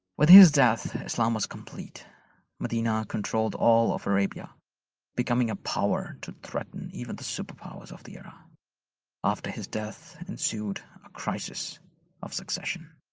with his death islam was complete medina controlled all of arabia becoming a power to threaten even the super powers of the era after his death ensued a crisis of succession